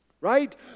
Right